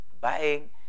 buying